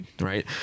right